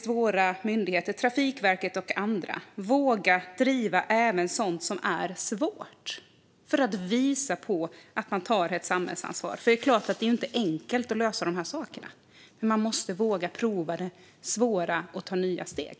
Våra myndigheter, Trafikverket och andra, behöver våga driva även sådant som är svårt för att visa att de tar ett samhällsansvar. Det är klart att det inte är enkelt att lösa de här sakerna. Men de måste våga prova det svåra och ta nya steg.